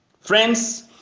Friends